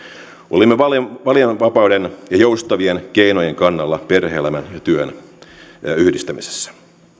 olemme valinnanvapauden ja joustavien keinojen kannalla perhe elämän ja työn yhdistämisessä